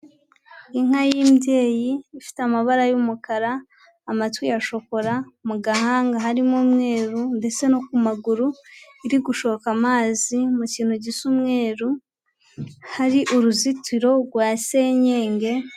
Inka y'imbyeyi ifite amabara y'umukara, amatwi ya shokora, mu gahanga harimo umweru, ndetse no ku maguru iri gushoka amazi mu kintu gisa umweru, hari uruzitiro rwa senyenge.